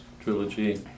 trilogy